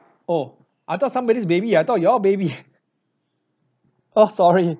oh I thought somebody's baby I thought your baby oh sorry